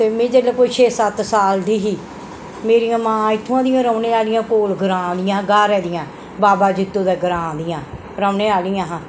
ते मीं जेल्लै कोई छे सत्त साल दी ही मेरियां मां इत्थूं दी गै रौह्ने आह्लियां कोल ग्रांऽ दियां हियां घारै दियां बाबा जित्तो दे ग्रांऽ दियां रौह्ने आह्लियां हां